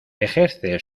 ejerce